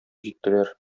җиттеләр